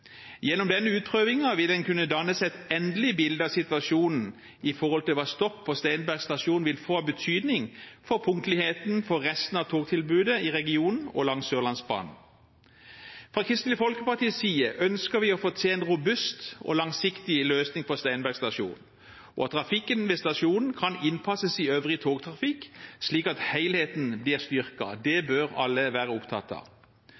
Gjennom denne utprøvingen vil en kunne danne seg et endelig bilde av situasjonen med hensyn til hva stopp på Steinberg stasjon vil få av betydning for punktligheten for resten av togtilbudet i regionen og langs Sørlandsbanen. Fra Kristelig Folkepartis side ønsker vi å få til en robust og langsiktig løsning for Steinberg stasjon, og at trafikken ved stasjonen kan innpasses i øvrig togtrafikk, slik at helheten blir styrket. Det bør alle være opptatt av.